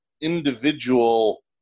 individual